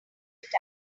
write